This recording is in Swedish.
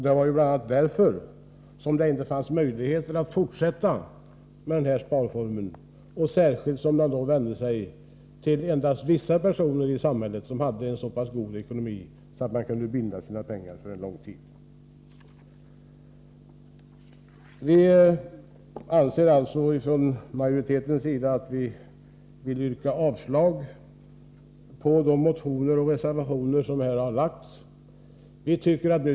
Det var bl.a. därför att skattefondssparandet blev så dyrt som det inte fanns möjligheter att fortsätta med den sparformen, särskilt som den vände sig till endast vissa personer i samhället — dem som hade så god ekonomi att de kunde binda sina pengar för en lång tid. Från majoritetens sida yrkar vi avslag på de motioner och den reservation som gäller ett återinförande av tidigare sparformer.